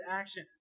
action